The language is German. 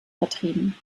vertrieben